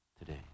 today